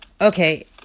Okay